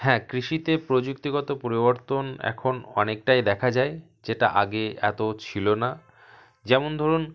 হ্যাঁ কৃষিতে প্রযুক্তিগত পরিবর্তন এখন অনেকটাই দেখা যায় যেটা আগে এতো ছিলো না যেমন ধরুন